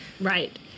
Right